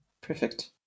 Perfect